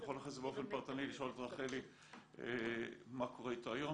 אני יכול אחרי כן באופן פרטני לשאול את רחלי מה קורה איתו היום,